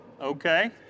Okay